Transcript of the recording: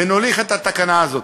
ונוליך את התקנה הזאת.